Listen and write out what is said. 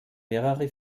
mehrere